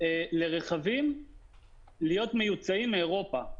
לרכבים להיות מיוצאים מאירופה.